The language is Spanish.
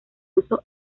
uso